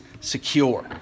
secure